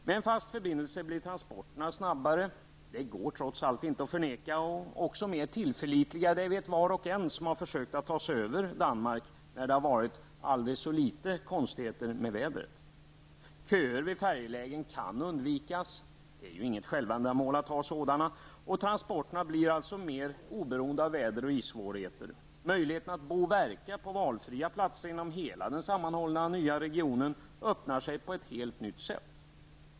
Med en fast förbindelse blir transporterna snabbare -- det går trots allt inte att förneka -- och mer tillförlitliga. Det vet var och en som har försökt att ta sig över till Danmark vid minsta lilla väderförsämring. Köer vid färjelägen kan undvikas. Det är ju inget självändamål att ha sådana. Transporterna blir mer oberoende av väder och isförhållanden. Möjligheterna att bo och verka på valfria platser inom hela den sammanhållna nya regionen öppnar sig på ett helt nytt sätt.